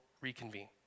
reconvene